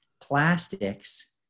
plastics